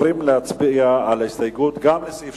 בעד ההסתייגות שהקראתי, 6,